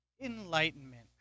enlightenment